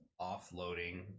offloading